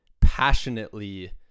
passionately